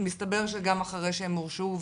מסתבר שגם אחרי שהם הורשעו,